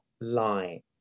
lie